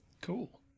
Cool